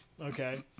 Okay